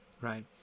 right